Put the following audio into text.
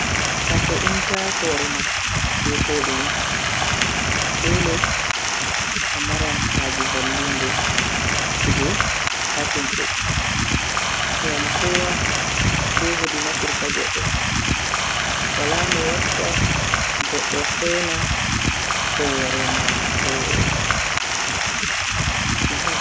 A he'inta hore ma be kodume, dole a maran haje vallinde kuje ha himbe. Ngam kowa be hedi nafirta goddo, wala no watta goddo heena hore mako.